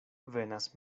venas